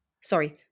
sorry